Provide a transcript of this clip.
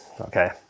Okay